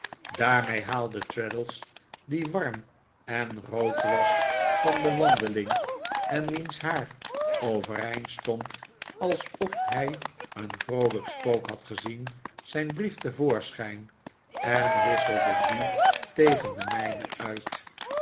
daarmee haalde traddles die warm en rood was van de wandeling en wiens haar overeind stond alsof hij een vroolijk spook had gezien zijn brief te voorschijn en wisselde dien tegen den mijjien uit